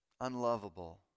unlovable